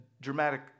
dramatic